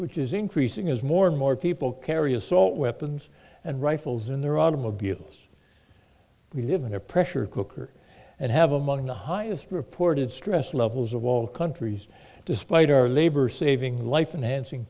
which is increasing as more and more people carry assault weapons and rifles in their automobiles we live in a pressure cooker and have among the highest reported stress levels of all countries despite our labor saving life and